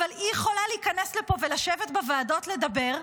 והיא יכולה להיכנס לפה ולשבת בוועדות לדבר,